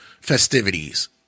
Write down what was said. festivities